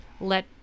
let